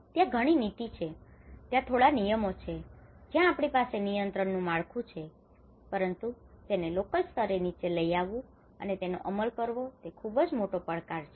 ત્યાં ઘણી નીતિઓ છે ત્યાં થોડા નિયમો છે જ્યાં આપણી પાસે નિયંત્રણ નું માળખું છે પરંતુ તેને લોકલ સ્તરે નીચે લઇ આવવું અને તેનો અમલ કરવો તે ખુબજ મોટો પડકાર છે